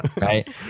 Right